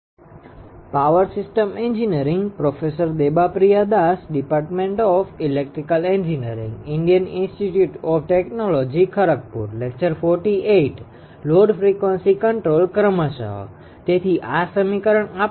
તેથી આ સમીકરણ આપણે જોયું છે તે સમીકરણ 8 છે